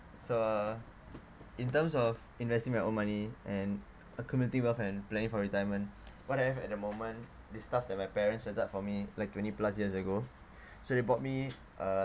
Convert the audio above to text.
so in terms of investing my own money and accumulating wealth and planning for retirement what I have at the moment this stuff that my parents set up for me like twenty plus years ago so they bought me uh